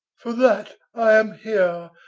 for that i am here,